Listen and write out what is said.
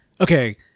okay